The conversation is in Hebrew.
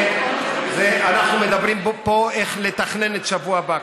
אנחנו מדברים פה כבר על איך לתכנן את השבוע הבא,